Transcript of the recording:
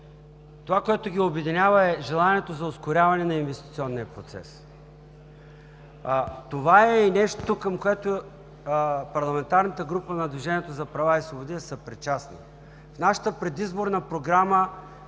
това, което ги обединява, е желанието за ускоряване на инвестиционния процес. Това е и нещото, към което парламентарната група на Движението за права и свободи е съпричастно. В нашата предизборна програма